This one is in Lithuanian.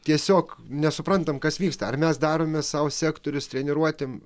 tiesiog nesuprantam kas vyksta ar mes darome sau sektorius treniruotiem